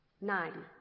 Nine